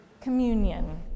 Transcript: Communion